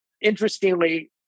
interestingly